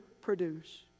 produce